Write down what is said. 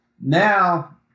Now